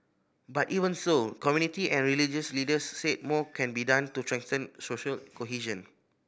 but even so community and religious leaders said more can be done to strengthen social cohesion